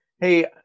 Hey